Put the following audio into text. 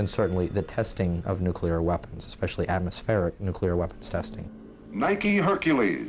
and certainly the testing of nuclear weapons especially atmospheric nuclear weapons testing nike hercules